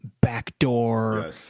backdoor